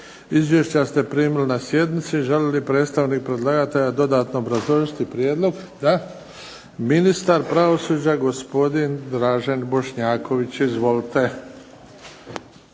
Izvješća ste primili na sjednici. Želi li predstavnik predlagatelja dodatno obrazložiti prijedlog? Da. Ministar pravosuđa, gospodin Dražen Bošnjaković. Izvolite.